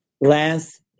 Lance